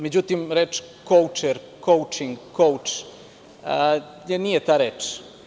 Međutim, reč koučer, koučin, kouč nije ta reč.